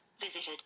Visited